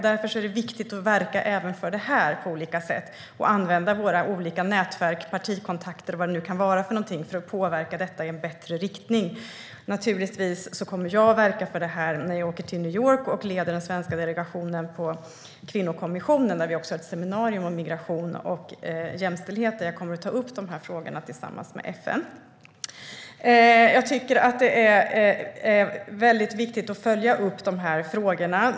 Därför är det viktigt att på olika sätt verka även för detta och använda våra olika nätverk, partikontakter och vad det nu kan vara, för att påverka utvecklingen i en bättre riktning. Naturligtvis kommer jag att verka för det här när jag åker till New York och leder den svenska delegationen vid kvinnokommissionen. Vid ett seminarium om migration och jämställdhet kommer jag att ta upp de här frågorna tillsammans med FN. Jag tycker att det är väldigt viktigt att följa upp de här frågorna.